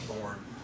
born